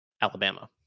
Alabama